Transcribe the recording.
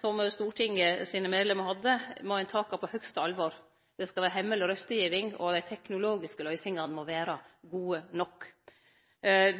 som Stortinget sine medlemer hadde, må ein take på høgste alvor. Det skal vere hemmeleg røystegiving, og dei teknologiske løysingane må vere gode nok.